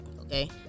okay